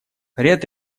ряд